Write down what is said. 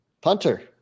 Punter